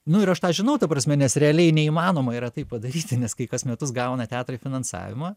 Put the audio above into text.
nu ir aš tą žinau ta prasme nes realiai neįmanoma yra taip padaryti nes kai kas metus gauna teatrai finansavimą